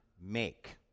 make